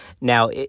now